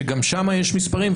שגם שם יש מספרים,